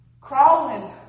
Crawling